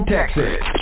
Texas